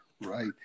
Right